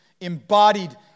embodied